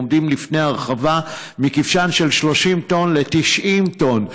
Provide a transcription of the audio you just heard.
והם עומדים לפני הרחבה של הכבשן מ-30 טון ל-90 טון.